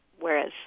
Whereas